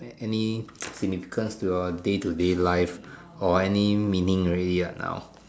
any significance to your day to day life or any meaning already what now